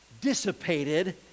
dissipated